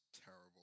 terrible